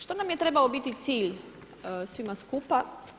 Što nam je trebao biti cilj svima skupa?